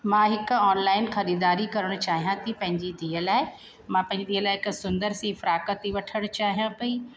मां हिकु ऑनलाइन ख़रीदारी करणु चाहियां थी पंहिंजी धीअ लाइ मां पंहिंजी धीअ लाइ हिक सुंदरसी फ्राक थी वठणु चाहियां पेई